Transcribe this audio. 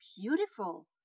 beautiful